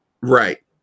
Right